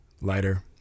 lighter